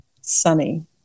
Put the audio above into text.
Sunny